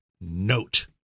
note